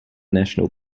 national